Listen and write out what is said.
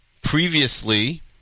previously